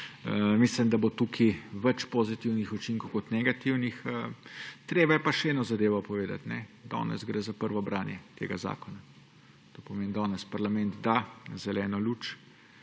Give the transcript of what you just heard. Mislim, da bo tukaj več pozitivnih učinkov kot negativnih. Treba je pa še eno zadevo povedati. Danes gre za prvo branje tega zakona. To pomeni, danes parlament da zeleno luč,